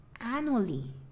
annually